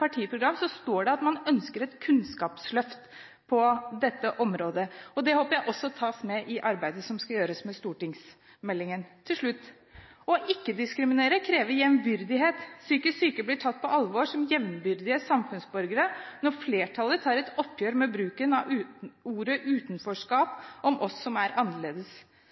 partiprogram står det at man ønsker et kunnskapsløft på dette området, og det håper jeg at tas med i arbeidet som skal gjøres med stortingsmeldingen. Til slutt: Å ikke-diskriminere krever jevnbyrdighet; at psykisk syke blir tatt på alvor som jevnbyrdige samfunnsborgere, og at flertallet tar et oppgjør med bruken av ordet «utenforskap», om oss som er annerledes.